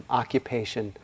occupation